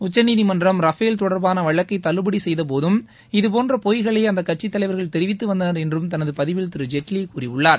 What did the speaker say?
உச்சநீதிமன்றம் ரபேல் தொடர்பான வழக்கை தள்ளுபடி செய்தபோதும் இதுபோன்ற பொய்களை அந்தக் கட்சித் தலைவர்கள் தெரிவித்து வந்தனர் என்றும் தனது பதிவில் திரு ஜெட்லி கூறியுள்ளார்